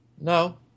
No